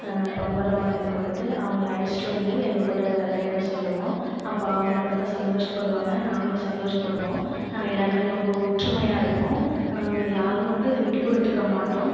பம்பரம் வாங்கிக் கொடுத்து அவங்கள அழைச்சிட்டு வந்து எங்கள்கூட விளையாட சொல்லுவோம் அப்போ அவங்க ரொம்ப சந்தோஷப்படுவாங்க நாங்களும் சந்தோஷப்படுவோம் நாங்கள் எல்லோருமே ரொம்ப ஒற்றுமையாக இருப்போம் யாரும் வந்து விட்டுக்கொடுத்துக்க மாட்டோம்